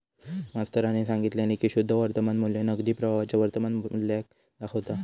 मास्तरानी सांगितल्यानी की शुद्ध वर्तमान मू्ल्य नगदी प्रवाहाच्या वर्तमान मुल्याक दाखवता